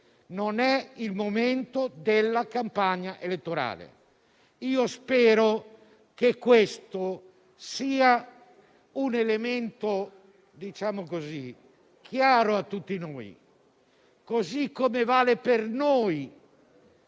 Non è il momento della campagna elettorale. Spero che questo sia un elemento chiaro a tutti: così come vale per noi